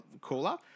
cooler